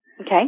Okay